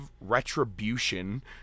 retribution